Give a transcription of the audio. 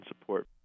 support